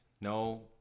No